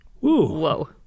Whoa